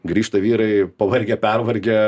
grįžta vyrai pavargę pervargę